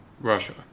Russia